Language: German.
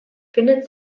findet